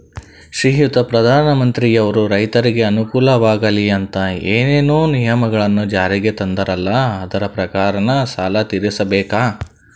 ಶ್ರೀಯುತ ಪ್ರಧಾನಮಂತ್ರಿಯವರು ರೈತರಿಗೆ ಅನುಕೂಲವಾಗಲಿ ಅಂತ ಏನೇನು ನಿಯಮಗಳನ್ನು ಜಾರಿಗೆ ತಂದಾರಲ್ಲ ಅದರ ಪ್ರಕಾರನ ಸಾಲ ತೀರಿಸಬೇಕಾ?